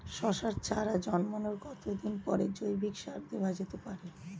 শশার চারা জন্মানোর কতদিন পরে জৈবিক সার দেওয়া যেতে পারে?